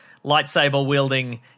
lightsaber-wielding